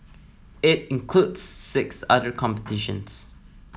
it includes six other competitions